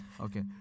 Okay